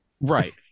Right